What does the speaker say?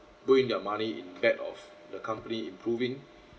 put in their money in bet of the company improving